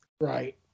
right